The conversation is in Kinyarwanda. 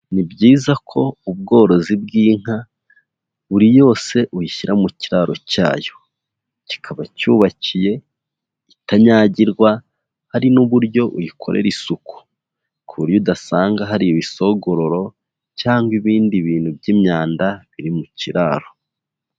Ni byiza ko ubworozi bw'inka, buri yose uyishyira mu kiraro cyayo, kikaba cyubakiye, itanyagirwa, hari n'uburyo uyikorera isuku ku buryo udasanga hari ibisogororo cyangwa ibindi bintu by'imyanda biri mu kiraro.